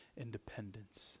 independence